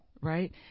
right